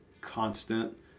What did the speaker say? constant